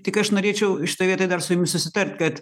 tik aš norėčiau šitoj vietoj dar su jumis susitart kad